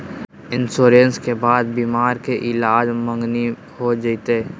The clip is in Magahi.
इंसोरेंसबा के बाद बीमारी के ईलाज मांगनी हो जयते?